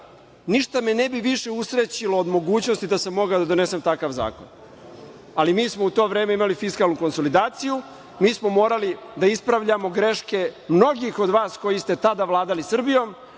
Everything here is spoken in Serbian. ništa me ne bi više usrećilo od mogućnosti da sam mogao da donesem takav zakon, ali mi smo u to vreme imali fiskalnu konsolidaciju, mi smo morali da ispravljamo greške mnogih od vas koji ste tada vladali Srbijom